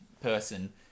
person